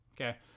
Okay